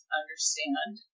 understand